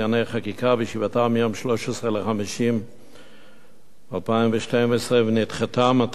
בישיבתה ביום 13 במאי 2012 ונדחתה מהטעמים הבאים,